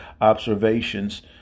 observations